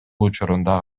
учурунда